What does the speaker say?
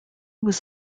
was